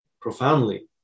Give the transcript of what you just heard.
Profoundly